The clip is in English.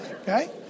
Okay